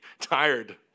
tired